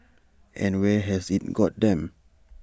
and where has IT got them